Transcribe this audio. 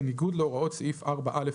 בניגוד להוראות סעיף 4א,